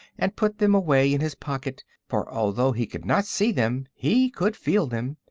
and put them away in his pocket for although he could not see them he could feel them,